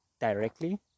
directly